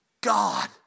God